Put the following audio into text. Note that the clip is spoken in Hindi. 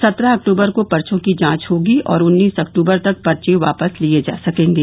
सत्रह अक्टूबर को पर्चो की जांच होगी और उन्नीस अक्टूबर तक पर्चे वापस लिये जा सकेंगे